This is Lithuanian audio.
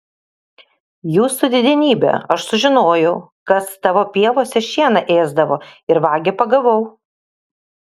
jūsų didenybe aš sužinojau kas tavo pievose šieną ėsdavo ir vagį pagavau